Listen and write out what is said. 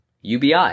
UBI